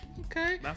Okay